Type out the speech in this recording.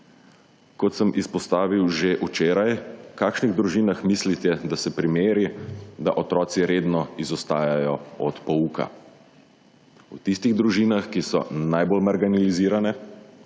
Kot sem izpostavil že včeraj, v kakšnih družinah mislite, da se primeri, da otroci redno izostajajo od pouka? V tistih družinah, ki so najbolj marginalizirane,